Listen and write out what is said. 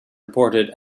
reported